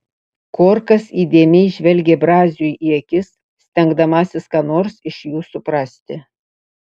korkas įdėmiai žvelgė braziui į akis stengdamasis ką nors iš jų suprasti